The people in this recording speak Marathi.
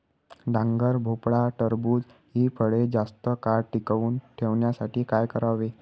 डांगर, भोपळा, टरबूज हि फळे जास्त काळ टिकवून ठेवण्यासाठी काय करावे?